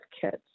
kids